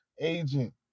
agent